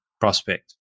prospect